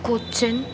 Kochi